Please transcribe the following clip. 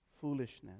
foolishness